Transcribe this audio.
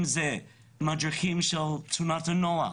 אם זה מדריכים של תנועות הנוער,